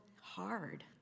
hard